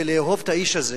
ולאהוב את האיש הזה,